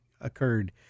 occurred